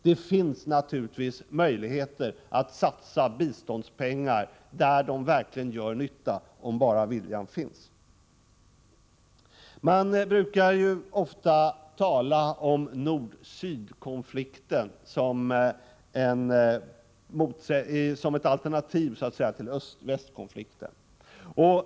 Det finns naturligtvis möjligheter att satsa biståndspengar där de gör nytta, om bara viljan finns. Det brukar ofta talas om nord-syd-konflikten som ett alternativ till öst-väst-konflikten.